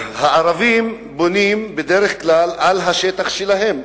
הערבים בונים בדרך כלל על השטח שלהם,